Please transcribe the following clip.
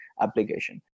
application